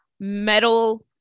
metal